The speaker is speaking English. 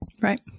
right